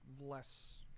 less